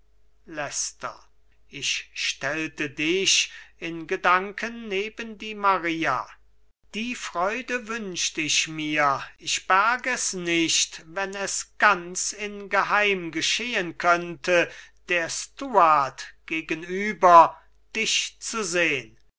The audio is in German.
ich stellte dich in gedanken neben die maria die freude wünscht ich mir ich berg es nicht wenn es ganz in geheim geschehen könnte der stuart gegenüber dich zu sehn